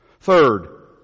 Third